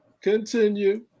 Continue